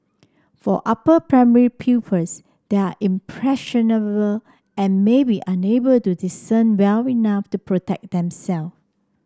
for upper primary pupils they are impressionable and may be unable to discern well enough to protect themselves